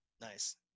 Nice